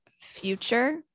future